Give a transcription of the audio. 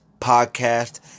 podcast